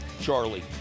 Charlie